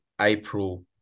April